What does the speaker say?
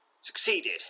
Succeeded